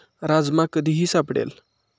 राजमा कधीही सापडेल